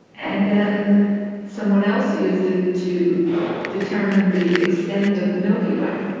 and then someone else used it to determine the extent of the milky way.